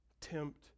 Tempt